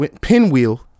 pinwheel